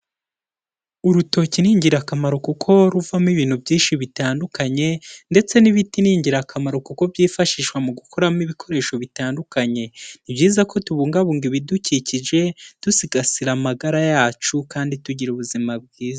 Urutoki ni ingirakamaro kuko ruvamo ibintu byinshi bitandukanye ndetse n'ibiti ni ingirakamaro kuko byifashishwa mu gukoramo ibikoresho bitandukanye. Ni byiza ko tubungabunga ibidukikije dusigasira amagara yacu kandi tugira ubuzima bwiza.